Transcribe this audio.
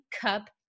Cup